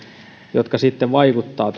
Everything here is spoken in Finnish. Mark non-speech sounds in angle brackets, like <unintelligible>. jotka sitten vaikuttavat <unintelligible>